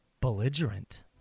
belligerent